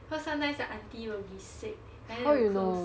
cause sometimes the aunty will be sick then they will close